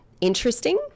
interesting